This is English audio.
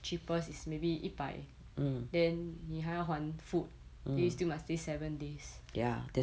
cheapest is maybe 一百 then 你还要还 food you still must be seven days !wah!